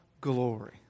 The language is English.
glory